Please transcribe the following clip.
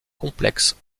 complexes